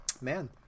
man